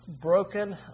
broken